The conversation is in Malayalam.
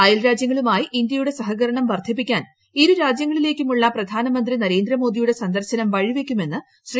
അയൽരാജൃങ്ങളുമായി ഇന്തൃയുടെ സഹകരണം വർദ്ധിപ്പിക്കാൻ ഇരുരാജ്യങ്ങളിലേയ്ക്കുമുള്ള പ്രധാനമന്ത്രി നരേന്ദ്രമോദിയുടെ സന്ദർശനം വഴിവയ്ക്കുമെന്ന് ശ്രീ